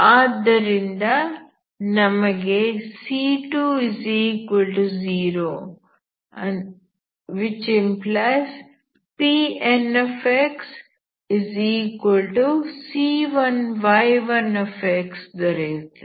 ಆದ್ದರಿಂದ ನಮಗೆ C20 ⟹PnxC1y1x ದೊರೆಯುತ್ತದೆ